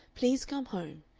please come home.